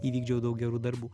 įvykdžiau daug gerų darbų